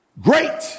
Great